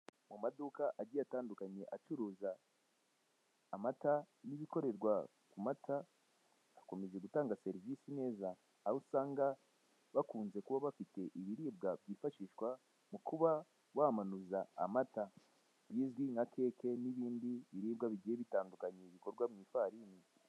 Mu maduka agiye atandukanye acuruza amata n'ibikorerwa ku mata akomeje gutanga serivise neza, aho bakunze usanga bafite ibiribwa byifashishwa mukuba wamanuza amata bizwi nka keke n'ibindi biribwa bigiye bitandukanye bikorwa mu ifarini.